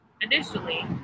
Initially